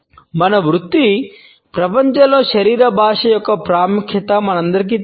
మన వృత్తి ప్రపంచంలో శరీర భాష యొక్క ప్రాముఖ్యత మనందరికీ తెలుసు